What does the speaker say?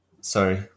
Sorry